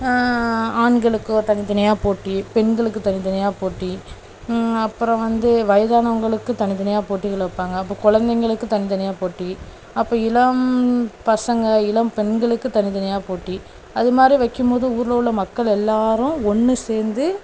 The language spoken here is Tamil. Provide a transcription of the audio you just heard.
ஆண்களுக்கு ஒரு தனித்தனியாக போட்டி பெண்களுக்கு தனித்தனியாக போட்டி அப்புறம் வந்து வயதானவங்களுக்கு தனித்தனியாக போட்டிகள் வைப்பாங்க அப்போ குலந்தைங்களுக்கு தனித்தனியாக போட்டி அப்போ இளம் பசங்க இளம் பெண்களுக்கு தனித்தனியாக போட்டி அதுமாதிரி வைக்கும்போது ஊரில் உள்ள மக்கள் எல்லாரும் ஒன்று சேர்ந்து